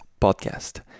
podcast